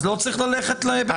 אז לא צריך ללכת לבית המשפט?